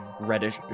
reddish